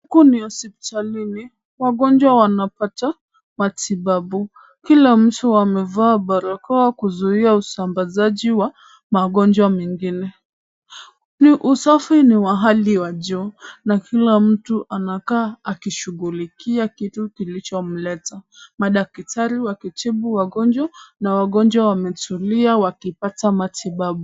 Huku ni hospitali, wagonjwa wanapata matibabu. Kila mtu amevaa barakoa kuzuia usambazaji wa magonjwa mengine. Usafi ni wa hali ya juu na kila mtu amekaa akishughulikia kitu kilichomleta. Madaktari wakitibu wagonjwa, na wagonjwa wametulia wakipata matibabu.